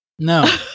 No